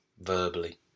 verbally